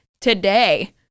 today